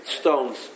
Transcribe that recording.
stones